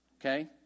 okay